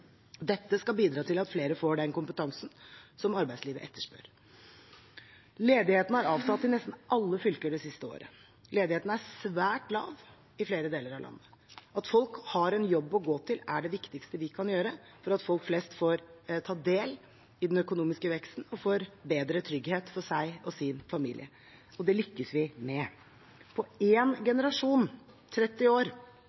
Dette skal bidra til at flere får den kompetansen som arbeidslivet etterspør. Arbeidsledigheten har avtatt i nesten alle fylker det siste året. Ledigheten er svært lav i flere deler av landet. Å bidra til at folk har en jobb å gå til, er det viktigste vi kan gjøre for at folk flest får ta del i den økonomiske veksten og får en bedre trygghet for seg og sin familie. Og det lykkes vi med. På